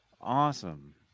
Awesome